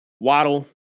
Waddle